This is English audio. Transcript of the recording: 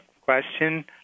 question